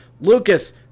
Lucas